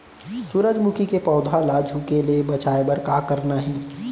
सूरजमुखी के पौधा ला झुके ले बचाए बर का करना हे?